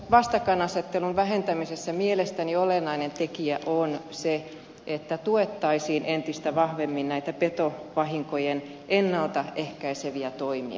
vastakkainasettelun vähentämisessä mielestäni olennainen tekijä on se että tuettaisiin entistä vahvemmin näitä petovahinkojen ennalta ehkäiseviä toimia